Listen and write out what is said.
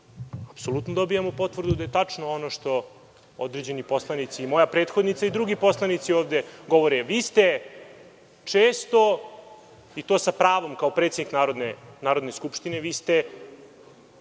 apsolutno dobijamo potvrdu da je tačno ono što određeni poslanici, i moja prethodnica i drugi poslanici ovde govore. Vi ste često i to sa pravom kao predsednik Narodne skupštine deo